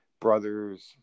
brothers